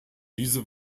diese